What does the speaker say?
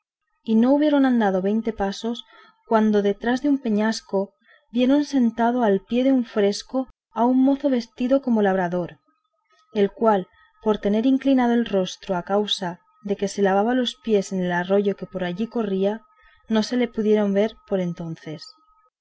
y no hubieron andado veinte pasos cuando detrás de un peñasco vieron sentado al pie de un fresno a un mozo vestido como labrador al cual por tener inclinado el rostro a causa de que se lavaba los pies en el arroyo que por allí corría no se le pudieron ver por entonces